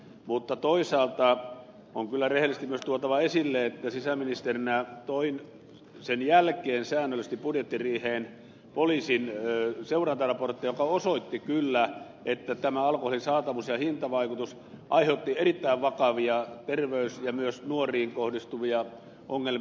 mutta toisaalta on kyllä rehellisesti myös tuotava esille että sisäministerinä toin sen jälkeen säännöllisesti budjettiriiheen poliisin seurantaraportteja jotka osoittivat kyllä että tämä alkoholin saatavuus ja hintavaikutus aiheutti erittäin vakavia terveys ja myös nuoriin kohdistuvia ongelmia